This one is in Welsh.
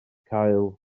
cael